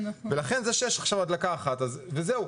ולכן יש עכשיו הדלקה אחת וזהו.